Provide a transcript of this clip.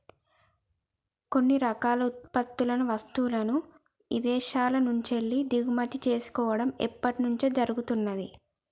కొన్ని రకాల ఉత్పత్తులను, వస్తువులను ఇదేశాల నుంచెల్లి దిగుమతి చేసుకోడం ఎప్పట్నుంచో జరుగుతున్నాది